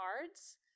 cards